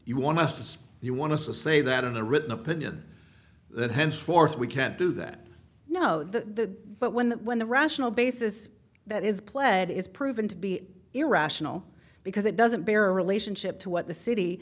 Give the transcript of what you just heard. you want to see you want to say that in a written opinion that henceforth we can't do that no the but when the when the rational basis that is pled is proven to be irrational because it doesn't bear relationship to what the city